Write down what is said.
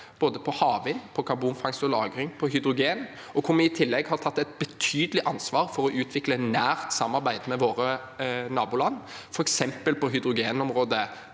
både på havvind, på karbonfangst og lagring og på hydrogen, og hvor vi i tillegg har tatt et betydelig ansvar for å utvik le et nært samarbeid med våre naboland, f.eks. med Tyskland på hydrogenområdet,